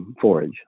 forage